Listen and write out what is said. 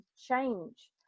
change